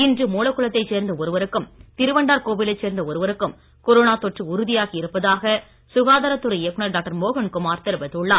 இன்று மூலகுளத்தை சேர்ந்த ஒருவருக்கும் திருவண்டார்கோவிலைச் சேர்ந்த ஒருவருக்கும் கொரோனா தொற்று உறுதியாகி இருப்பதாக சுகாதாரத் துறை இயக்குனர் டாக்டர் மோகன்குமார் தெரிவித்துள்ளார்